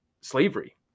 slavery